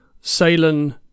Salen